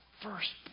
first